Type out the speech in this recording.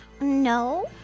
No